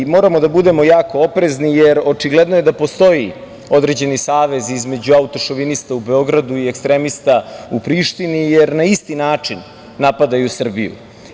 Moramo da budemo jako oprezni, jer očigledno je da postoji određeni savez između autošovinista u Beogradu i ekstremista u Prištini, jer na isti način napadaju Srbiju.